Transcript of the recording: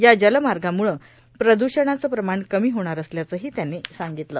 या जलमार्गामुळं प्रदूषणाचं प्रमाण कमी होणार असल्याचंही त्यांनी सांगितलं